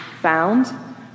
found